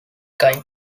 kind